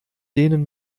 denen